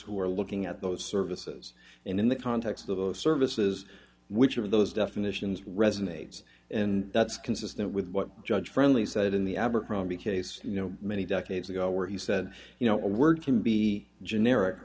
who are looking at those services in the context of those services which of those definitions resonates and that's consistent with what judge friendly said in the abercrombie case you know many decades ago where he said you know a word can be generic